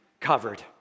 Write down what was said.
covered